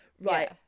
right